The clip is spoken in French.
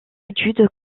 étude